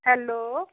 hello